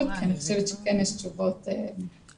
כי אני חושבת שכן יש תשובות בפרקטיקה.